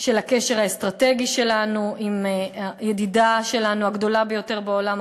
של הקשר האסטרטגי שלנו עם הידידה שלנו הגדולה ביותר בעולם,